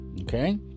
Okay